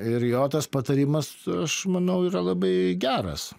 ir jo tas patarimas aš manau yra labai geras